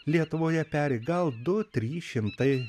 lietuvoje peri gal du trys šimtai